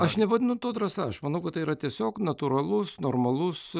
aš nevadinu to drąsa aš manau kad tai yra tiesiog natūralus normalus